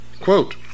Quote